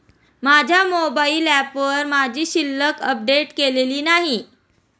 माझ्या मोबाइल ऍपवर माझी शिल्लक अपडेट केलेली नाही